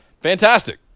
Fantastic